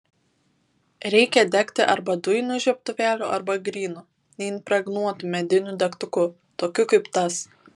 reikia degti arba dujiniu žiebtuvėliu arba grynu neimpregnuotu mediniu degtuku tokiu kaip tas